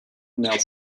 melbourne